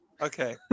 okay